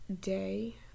day